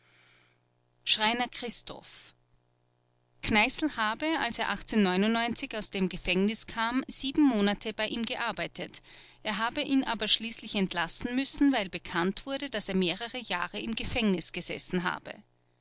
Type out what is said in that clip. schreiner christoph kneißl habe als er aus dem gefängnis kam sieben monate bei ihm gearbeitet er habe ihn aber schließlich entlassen müssen weil bekannt wurde daß er mehrere jahre im gefängnis gesessen habe